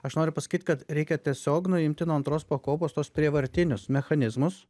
aš noriu pasakyt kad reikia tiesiog nuimti nuo antros pakopos tuos prievartinius mechanizmus